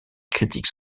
critique